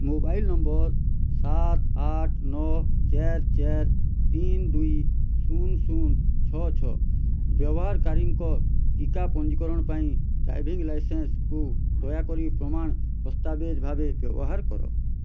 mobile number ସାତ ଆଠ ନଅ ଚାର ଚାର ତିନ ଦୁଇ ଶୂନ ଶୂନ ଛଅ ଛଅ ବ୍ୟବହାରକାରୀଙ୍କ ଟିକା ପଞ୍ଜୀକରଣ ପାଇଁ ଡ୍ରାଇଭିଂ ଲାଇସେନ୍ସ୍କୁ ଦୟାକରି ପ୍ରମାଣ ହସ୍ତାବେଜ୍ ଭାବେ ବ୍ୟବହାର କର